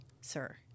sir